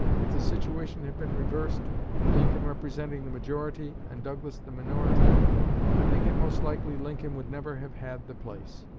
if the situation had been reversed lincoln representing the majority and douglas the minority i think it most likely lincoln would never have had the place.